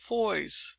voice